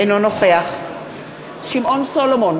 אינו נוכח שמעון סולומון,